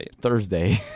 Thursday